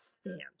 stand